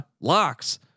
locks